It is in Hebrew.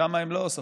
שם הם לא ספרו.